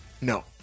No